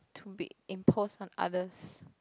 to be imposed on others